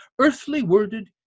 earthly-worded